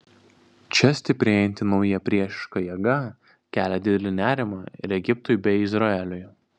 čia stiprėjanti nauja priešiška jėga kelia didelį nerimą ir egiptui bei izraeliui